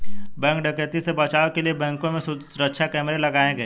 bank डकैती से बचाव के लिए बैंकों में सुरक्षा कैमरे लगाये गये